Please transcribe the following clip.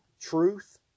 truth